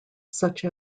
such